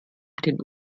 den